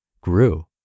grew